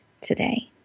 today